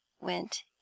went